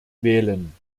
wählen